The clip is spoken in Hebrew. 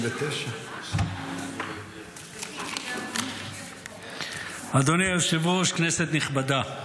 1979. אדוני היושב-ראש, כנסת נכבדה,